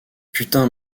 putain